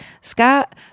Scott